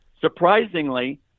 surprisingly